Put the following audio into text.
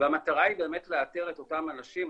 והמטרה היא באמת לאתר את אותם אנשים,